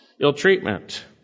ill-treatment